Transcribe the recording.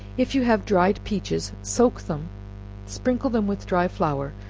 if you have dried peaches, soak them sprinkle them with dry flour,